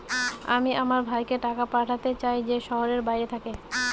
আমি আমার ভাইকে টাকা পাঠাতে চাই যে শহরের বাইরে থাকে